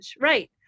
Right